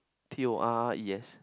Tores